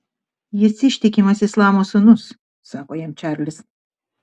jis ištikimas islamo sūnus sako jam čarlis